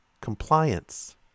Compliance